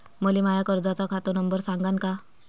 मले माया कर्जाचा खात नंबर सांगान का?